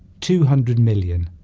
two hundred million